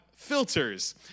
filters